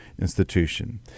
Institution